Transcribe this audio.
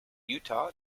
utah